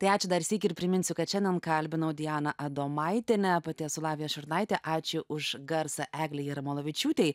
tai ačiū dar sykį ir priminsiu kad šiandien kalbinau dianą adomaitienę pati esu lavija šurnaitė ačiū už garsą eglei jarmolavičiūtei